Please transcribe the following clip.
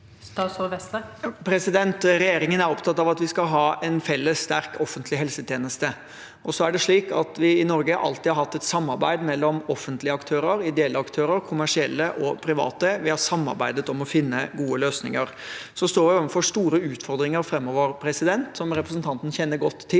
Regjerin- gen er opptatt av at vi skal ha en felles, sterk offentlig helsetjeneste. I Norge har vi alltid hatt et samarbeid mellom offentlige aktører, ideelle aktører, kommersielle og private. Vi har samarbeidet om å finne gode løsninger. Så står vi overfor store utfordringer framover, som representanten Trøen kjenner godt til.